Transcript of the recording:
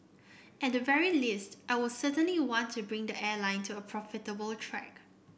at the very least I will certainly want to bring the airline to a profitable track